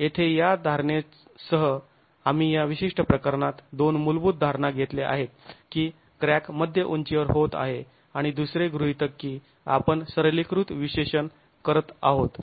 येथे या धारणेचसह आम्ही या विशिष्ट प्रकरणात दोन मूलभूत धारणा घेतल्या आहेत की क्रॅक मध्य उंचीवर होत आहे आणि दुसरे गृहीतक की आपण सरलीकृत विश्लेषण करत आहोत